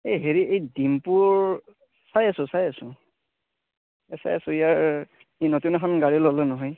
এই হেৰি এই ডিম্পুৰ চাই আছোঁ চাই আছোঁ চাই আছোঁ ইয়াৰ ই নতুন এখন গাড়ী ল'লে নহয়